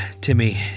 Timmy